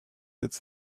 its